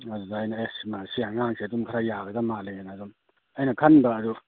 ꯑꯗꯨꯗ ꯑꯩꯅ ꯑꯦ ꯁꯤꯃ ꯁꯤ ꯑꯉꯥꯡꯁꯦ ꯑꯗꯨꯝ ꯈꯔ ꯌꯥꯒꯗꯝ ꯃꯥꯜꯂꯦꯅ ꯑꯗꯨꯝ ꯑꯩꯅ ꯈꯟꯕ ꯑꯗꯨ